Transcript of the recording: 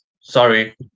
sorry